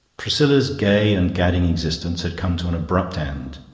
priscilla's gay and gadding existence had come to an abrupt end.